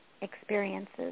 experiences